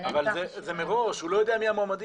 אבל זה מראש, הוא לא יודע מי המועמדים.